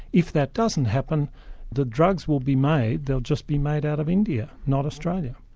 if that doesn't happen the drugs will be made, they'll just be made out of india, not australia.